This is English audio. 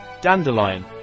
dandelion